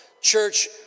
Church